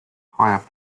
higher